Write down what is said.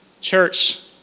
Church